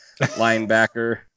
linebacker